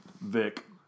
Vic